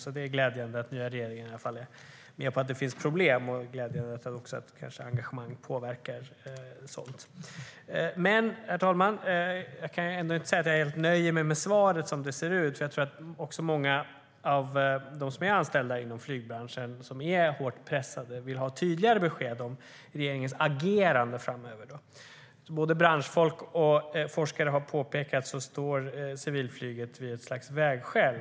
Det är därför glädjande att den nuvarande regeringen håller med om att det finns problem, och engagemanget kanske även påverkar resultatet. Herr talman! Jag kan ändå inte säga att jag är helt nöjd med svaret såsom det ser ut. Många av dem som är anställda i flygbranschen är hårt pressade och vill ha tydligare besked om regeringens agerande framöver. Som både branschfolk och forskare har påpekat står civilflyget vid ett slags vägskäl.